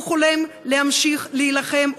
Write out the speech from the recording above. הוא חולם להמשיך להילחם,